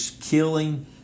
killing